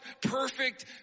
perfect